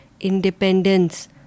independence